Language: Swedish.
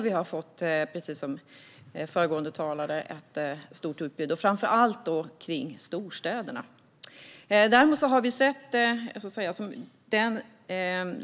Vi har, som föregående talare nämnde, fått ett stort utbud, framför allt kring storstäderna.